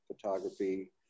photography